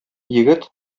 егет